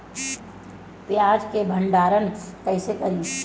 प्याज के भंडारन कईसे करी?